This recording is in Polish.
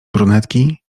brunetki